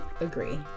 agree